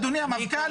אדוני המפכ"ל,